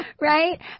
right